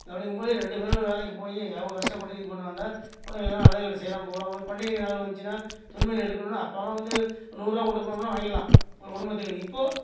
அப்படிங்கும் போது ரெண்டு பேர் வேலைக்கு போய் அவங்க கஷ்டப்பட்டு இது பண்ணி வந்தால் பிள்ளைங்களுக்கெல்லாம் நல்லது கெட்டது செய்யலாம் போகலாம் ஒரு பண்டிகை நாள் வந்துச்சுன்னா துணி மணி எடுக்கணும்னா அப்போலாம் வந்து நூறு ரூவா கொண்டு போனம்னா வாங்கிடலாம் ஒரு குடும்பத்துக்கு இப்போ